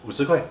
五十块